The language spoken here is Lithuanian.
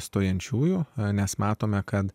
stojančiųjų nes matome kad